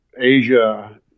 Asia